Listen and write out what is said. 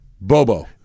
Bobo